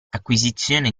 acquisizione